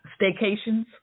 staycations